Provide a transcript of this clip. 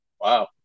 Wow